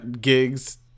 gigs